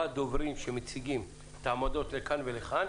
שבעה דוברים שמציגים את העמדות לכאן ולכאן,